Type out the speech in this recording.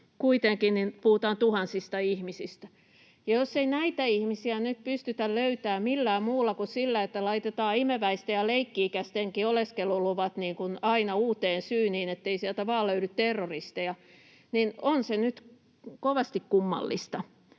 kuitenkin puhutaan tuhansista ihmisistä. Jos ei näitä ihmisiä pystytä nyt löytämään millään muulla kuin sillä, että laitetaan imeväisten ja leikki-ikäistenkin oleskeluluvat aina uuteen syyniin, ettei sieltä vaan löydy terroristeja, niin on se nyt kovasti kummallista,